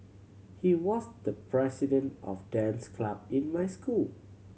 he was the president of the dance club in my school